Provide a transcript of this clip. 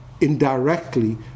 indirectly